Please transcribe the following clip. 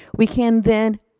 we can then,